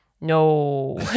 No